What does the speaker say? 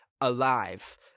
alive